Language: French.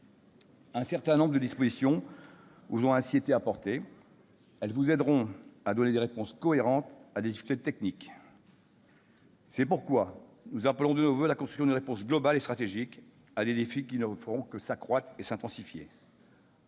Un certain nombre de dispositions ont ainsi été apportées. Elles vous aideront à donner des réponses cohérentes à des difficultés techniques. C'est pourquoi nous appelons de nos voeux la construction d'une réponse globale et stratégique à ces défis qui ne feront que s'accroître et s'intensifier.